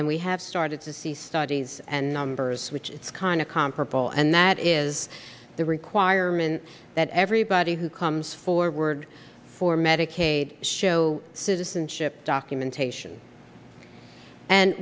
and we have started to see studies and numbers which is kind of comparable and that is the requirement that everybody who comes forward for medicaid show citizenship documentation and